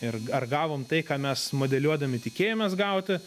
ir ar gavom tai ką mes modeliuodami tikėjomės gauti